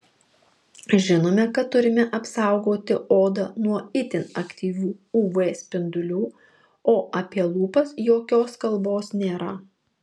žinome kad turime apsaugoti odą nuo itin aktyvių uv spindulių o apie lūpas jokios kalbos nėra